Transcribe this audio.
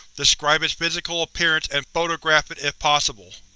describe its physical appearance, and photograph it if possible.